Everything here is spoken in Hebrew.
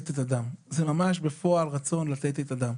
אלא ממש רצון בפועל לתת את הדם.